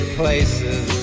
places